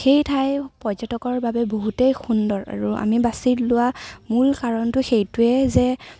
সেই ঠাই পৰ্যটকৰ বাবে বহুতেই সুন্দৰ আৰু আমি বাছি লোৱাৰ মূল কাৰণটো সেইটোৱে যে